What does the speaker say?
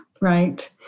right